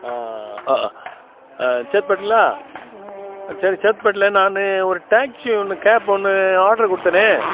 ஆ ஆ சேத்பட்டுங்களா ஆ சரி சேத்பட்டில நான் ஒரு டாக்சி ஒன்று கேப் ஒன்று ஆர்டர் கொடுத்தனே